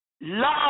love